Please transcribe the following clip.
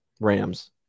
Rams